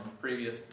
previous